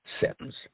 sentence